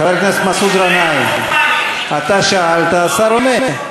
חבר הכנסת מסעוד גנאים, אתה שאלת, השר עונה.